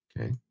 Okay